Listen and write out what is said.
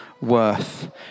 worth